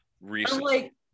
recently